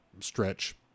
stretch